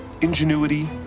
ingenuity